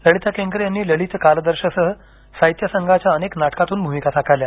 ललिता केंकरे यांनी ललित कालदर्शसह साहित्य संघाच्या अनेक नाटकातून भूमिका साकारल्या